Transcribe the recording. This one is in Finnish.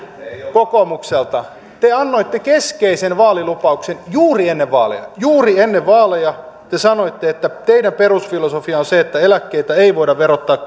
kokoomukselta te annoitte keskeisen vaalilupauksen juuri ennen vaaleja juuri ennen vaaleja te sanoitte että teidän perusfilosofianne on se että eläkkeitä ei voida verottaa